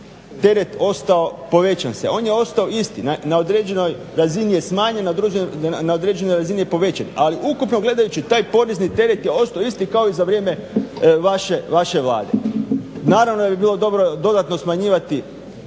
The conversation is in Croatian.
teret se povećao. On je ostao isti. Na određenoj razini je smanjen, na određenoj razini je povećan. Ali ukupno gledajući taj porezni teret je ostao isti kao i za vrijeme vaše Vlade. Naravno da bi bilo dobro dodatno smanjivati